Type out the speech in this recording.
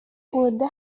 گنده